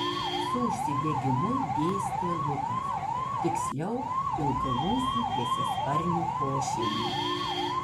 su užsidegimu dėstė lukas tiksliau ilgaūsių tiesiasparnių pošeimiui